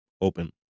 open